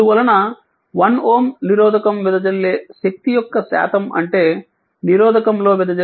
అందువలన 1 Ω నిరోధకం వెదజల్లే శక్తి యొక్క శాతం అంటే నిరోధకంలో వెదజల్లే శక్తి 0